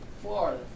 Florida